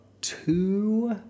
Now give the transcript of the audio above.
two